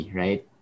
right